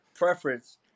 preference